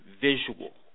visual